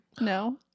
No